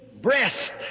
breast